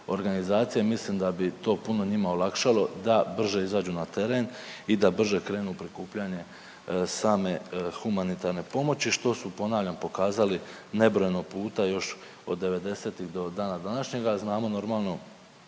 organizacije mislim da bi to puno njima olakšalo da brže izađu na teren i da brže krenu u prikupljanje same humanitarne pomoći, što su ponavljam pokazali nebrojeno puta još od '90-ih do dana današnjega. Znamo normalno